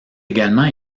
également